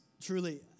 Truly